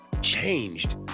changed